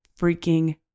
freaking